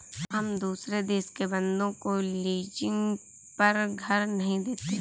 हम दुसरे देश के बन्दों को लीजिंग पर घर नहीं देते